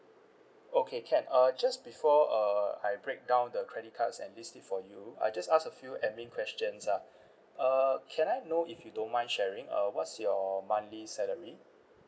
okay can uh just before err I break down the credit cards and list it for you I just ask a few administration questions ah err can I know if you don't mind sharing uh what's your monthly salary